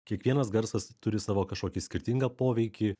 kiekvienas garsas turi savo kažkokį skirtingą poveikį